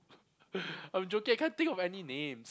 I'm joking I can't think of any names